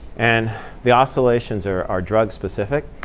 and the oscillations are are drug specific.